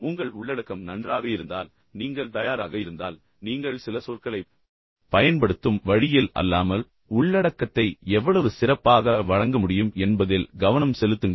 உங்கள் உள்ளடக்கம் நன்றாக இருந்தால் நீங்கள் முழுமையாகத் தயாராக இருந்தால் நீங்கள் சில சொற்களைப் பயன்படுத்தும் வழியில் அல்லாமல் உள்ளடக்கத்தை எவ்வளவு சிறப்பாக வழங்க முடியும் என்பதில் கவனம் செலுத்துங்கள்